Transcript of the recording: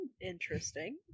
interesting